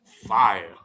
Fire